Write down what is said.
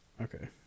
Okay